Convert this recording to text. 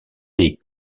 des